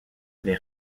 les